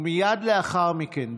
מייד לאחר מכן,